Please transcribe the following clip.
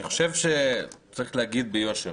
אני חושב שצריך להגיד ביושר